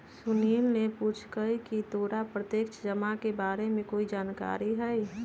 सुनील ने पूछकई की तोरा प्रत्यक्ष जमा के बारे में कोई जानकारी हई